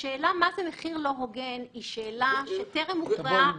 השאלה מה זה מחיר לא הוגן היא שאלה שטרם הוכרעה בפסיקה הישראלית.